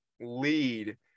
lead